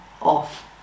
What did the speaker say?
off